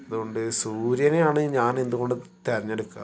അതുകൊണ്ട് സൂര്യനെയാണ് ഞാനെന്തുകൊണ്ടും തെരഞ്ഞെടുക്കുക